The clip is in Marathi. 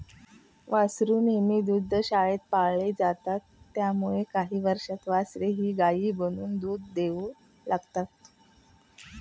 वासरू नेहमी दुग्धशाळेत पाळले जातात त्यामुळे काही वर्षांत वासरेही गायी बनून दूध देऊ लागतात